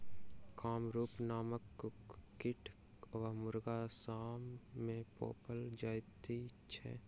कामरूप नामक कुक्कुट वा मुर्गी असाम मे पाओल जाइत अछि